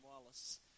Wallace